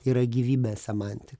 yra gyvybės semanti